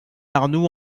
arnoux